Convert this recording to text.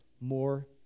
more